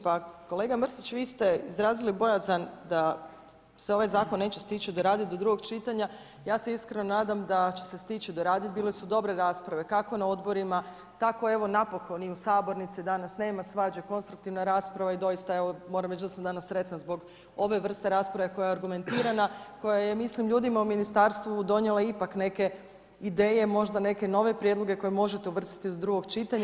Pa kolega Mrsić, vi ste izrazili bojazan da se ovaj zakon neće stići doraditi do drugog čitanja, ja se iskreno nadam da će se stići doraditi, bile su dobre rasprave kako na odborima, tako evo napokon evo i u sabornici, danas nema svađe, konstruktivna je rasprava i doista evo moram reći da sam danas sretna zbog ove vrste rasprave koja je argumentirana i koja je mislim ljudima u ministarstvu donijela ipak neke ideje, možda neke nove prijedloge koje možete uvrstiti do drugog čitanja.